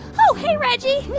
oh, hey, reggie. what?